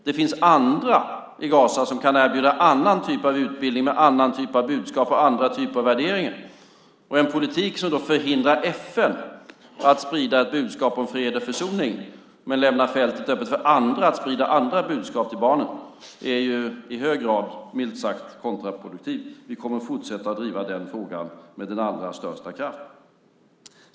Det finns andra i Gaza som kan erbjuda annan typ av utbildning med annan typ av budskap och andra typer av värderingar. En politik som hindrar FN att sprida ett budskap om fred och försoning men lämnar fältet öppet för andra att sprida andra budskap till barnen är, milt sagt, i hög grad kontraproduktiv. Vi kommer att fortsätta driva den frågan med allra största kraft.